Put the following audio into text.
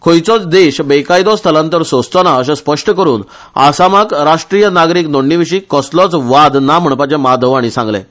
खंयचोच देश बेकायदो स्थलांतर सोसचो ना अशें स्पश्ट करुन आसामाक राष्ट्रीय नागरीक नोंदणीविशी कसलोच वाद ना म्हणपाचे माधव हाणी सांगलें